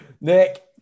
Nick